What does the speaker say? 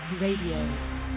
Radio